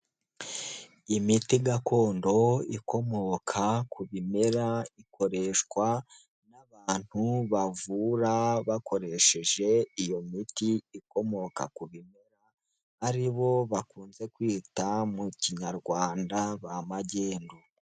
Imiti gakondo ikomoka ku bimera, ikoreshwa n'abantu bavura bakoresheje iyo miti ikomoka ku bimera, aribo bakunze kwita mu kinyarwanda ba magendu.